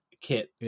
kit